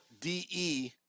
D-E